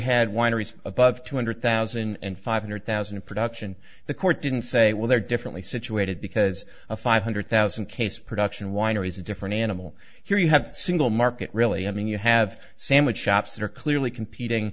had wineries above two hundred thousand and five hundred thousand in production the court didn't say well they're differently situated because a five hundred thousand case production wineries a different animal here you have single market really i mean you have sandwich shops that are clearly competing